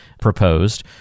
proposed